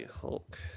Hulk